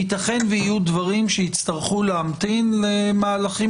ייתכן שיהיו דברים שיצטרכו להמתין למהלכים